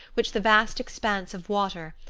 which the vast expanse of water,